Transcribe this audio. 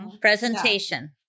presentation